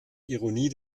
ironie